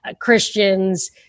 Christians